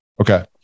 Okay